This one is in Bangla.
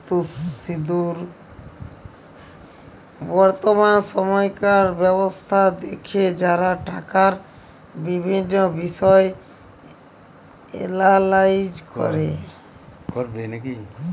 বর্তমাল সময়কার ব্যবস্থা দ্যাখে যারা টাকার বিভিল্ল্য বিষয় এলালাইজ ক্যরে